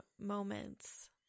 moments